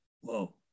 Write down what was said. Whoa